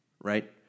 right